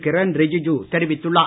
கிரண் ரிஜிஜு தெரிவித்துள்ளார்